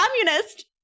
communist